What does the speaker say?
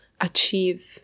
achieve